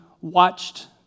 watched